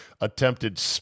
attempted